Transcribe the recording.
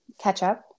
Ketchup